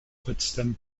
potsdam